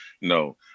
no